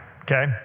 Okay